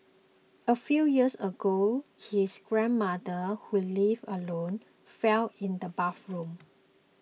a few years ago his grandmother who lived alone fell in the bathroom